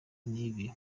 n’ibiri